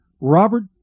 Robert